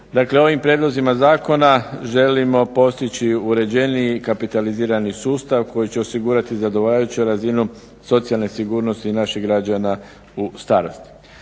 Dakle, ovim prijedlozima zakona želimo postići uređeniji kapitalizirani sustav koji će osigurati zadovoljavajuću razinu socijalne sigurnosti naših građana u starosti.